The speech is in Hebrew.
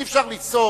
אי-אפשר ליצור